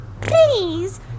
Please